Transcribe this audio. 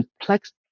complex